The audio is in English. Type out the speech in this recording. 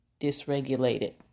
dysregulated